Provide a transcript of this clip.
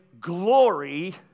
glory